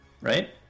right